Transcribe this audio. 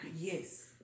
Yes